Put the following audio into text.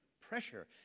pressure